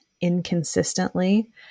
inconsistently